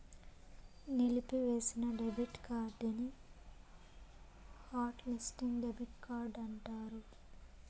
నిలిపివేసిన డెబిట్ కార్డుని hot listing debit card అంటారు